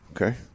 Okay